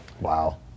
Wow